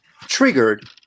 triggered